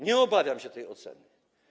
Nie obawiam się tej oceny.